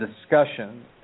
discussion